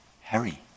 Harry